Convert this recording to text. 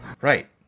Right